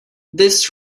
this